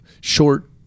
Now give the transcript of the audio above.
short